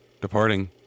Departing